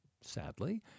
sadly